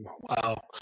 wow